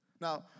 Now